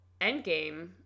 Endgame